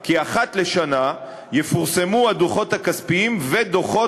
כי אחת לשנה יפורסמו הדוחות הכספיים ודוחות